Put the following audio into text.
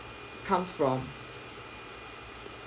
come from